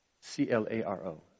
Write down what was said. C-L-A-R-O